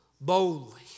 Boldly